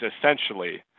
essentially